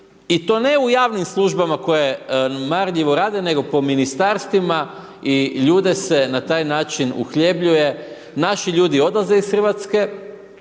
i to ne u javnim službama koje marljivo rade nego po ministarstvima i ljude se na taj način uhljebljuje, naši ljudi odlaze iz Hrvatske,